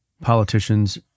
politicians